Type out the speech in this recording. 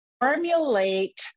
formulate